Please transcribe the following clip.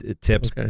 tips